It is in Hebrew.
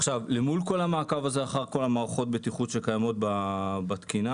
למול כל המעקב הזה אחר כל מערכות הבטיחות שקיימות בתקינה,